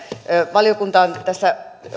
valiokunta on tässä